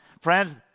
Friends